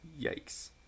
yikes